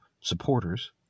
supporters